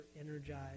energized